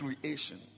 creation